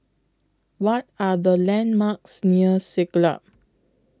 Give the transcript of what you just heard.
What Are The landmarks near Siglap